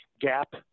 gap